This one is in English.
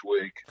week